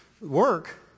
work